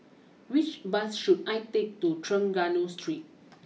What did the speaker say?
which bus should I take to Trengganu Street